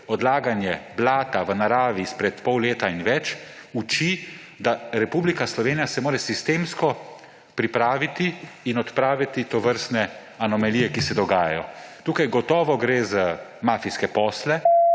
odlaganja blata v naravi izpred pol leta in več uči, da se mora Republika Slovenija sistemsko pripraviti in odpraviti tovrstne anomalije, ki se dogajajo. Tukaj gotovo gre za mafijske posle.